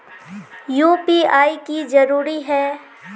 UPI की जरूरी है?